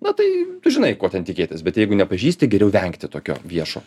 na tai tu žinai ko ten tikėtis bet jeigu nepažįsti geriau vengti tokio viešo